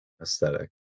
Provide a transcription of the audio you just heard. aesthetic